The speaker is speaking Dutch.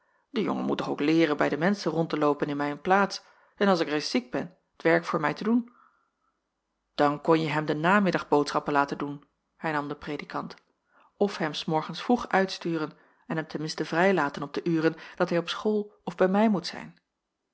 de jongen moet toch ook leeren bij de menschen rond te loopen in mijn plaats en als ik reis ziek ben t werk voor mij te doen dan konje hem de namiddag boodschappen laten doen hernam de predikant of hem s morgens vroeg uitsturen en hem ten minste vrij laten op de uren dat hij op school of bij mij moet zijn